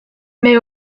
mais